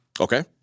Okay